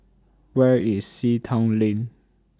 Where IS Sea Town Lane